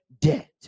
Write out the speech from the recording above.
debt